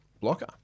Blocker